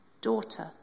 Daughter